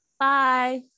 Bye